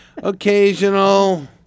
Occasional